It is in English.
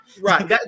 Right